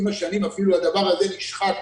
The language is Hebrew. עם השנים אפילו הדבר הזה נשחק